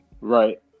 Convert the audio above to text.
Right